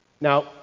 now